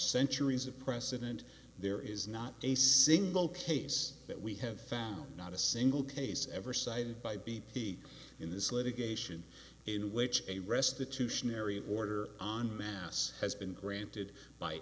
centuries of precedent there is not a single case that we have found not a single case ever cited by b p in this litigation in which a restitution area order on a mass has been granted by